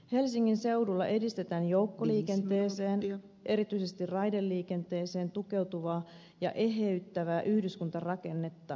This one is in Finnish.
helsingin seudulla edistetään joukkoliikenteeseen erityisesti raideliikenteeseen tukeutuvaa ja eheytyvää yhdyskuntarakennetta